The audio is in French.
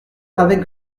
avec